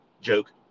joke